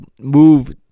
move